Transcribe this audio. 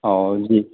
او جی